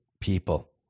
people